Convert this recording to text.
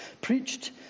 preached